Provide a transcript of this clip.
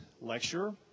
lecturer